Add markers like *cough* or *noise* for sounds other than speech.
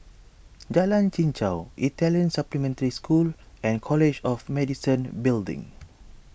Jalan Chichau Italian Supplementary School and College of Medicine Building *noise*